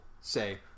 say